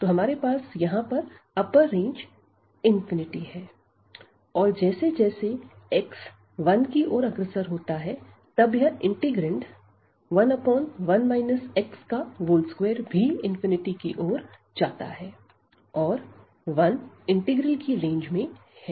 तो हमारे पास यहां पर अप्पर रेंज है और जैसे x 1 की ओर अग्रसर होता है तब यह इंटीग्रैंड 11 x2 भी की ओर जाता है और 1 इंटीग्रल की रेंज में है